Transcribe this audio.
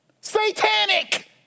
satanic